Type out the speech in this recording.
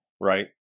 right